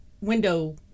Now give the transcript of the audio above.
window